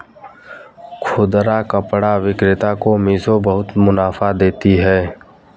खुदरा कपड़ा विक्रेता को मिशो बहुत मुनाफा देती है